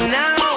now